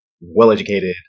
well-educated